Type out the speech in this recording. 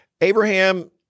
Abraham